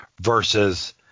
versus